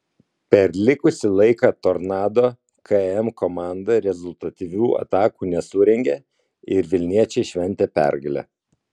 per likusį laiką tornado km komanda rezultatyvių atakų nesurengė ir vilniečiai šventė pergalę